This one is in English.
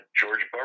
George